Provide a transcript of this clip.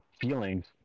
feelings